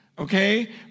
Okay